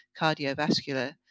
cardiovascular